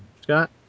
Scott